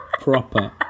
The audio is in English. proper